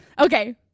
Okay